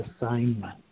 assignment